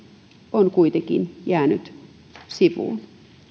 on kuitenkin jäänyt sivuun